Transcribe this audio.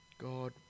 God